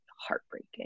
heartbreaking